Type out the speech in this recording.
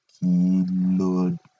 kilo